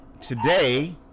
Today